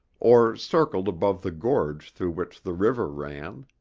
or circled above the gorge through which the river ran.